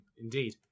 indeed